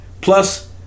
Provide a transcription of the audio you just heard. Plus